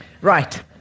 Right